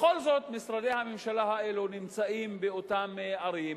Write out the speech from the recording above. בכל זאת משרדי הממשלה האלה נמצאים באותן ערים,